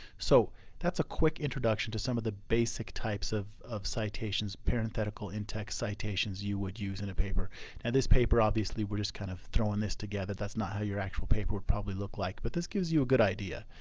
so that's a quick introduction to some of the basic types of of citations parenthetical in text citations you would use in a paper. and this paper obviously we're just kind of throwing this together. that's not how your actual paper would probably look like, but this gives you a good idea.